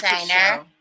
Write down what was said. designer